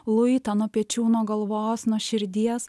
luitą nuo pečių nuo galvos nuo širdies